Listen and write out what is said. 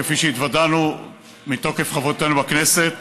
כפי שהתוודענו מתוקף חברותנו בכנסת,